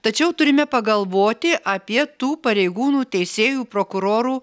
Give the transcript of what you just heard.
tačiau turime pagalvoti apie tų pareigūnų teisėjų prokurorų